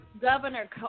Governor